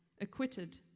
acquitted